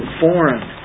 foreign